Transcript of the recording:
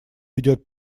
ведет